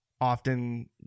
often